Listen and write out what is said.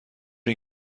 این